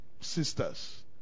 sisters